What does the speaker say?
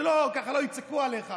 ככה לא יצעקו עליך.